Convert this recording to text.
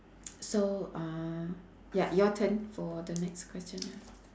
so uh ya your turn for the next question ya